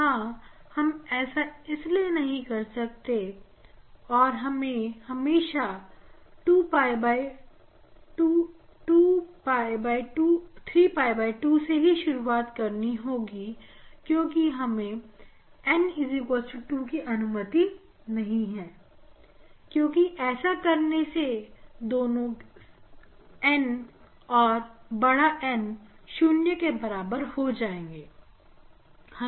हां हम ऐसा नहीं कर सकते और हमें हमेशा 3 𝝿 h2 से ही शुरुआत कर रही होगी क्योंकि n0 की अनुमति हमें नहीं है क्योंकि ऐसा करने से n और N दोनों शून्य के बराबर हो जायेंगे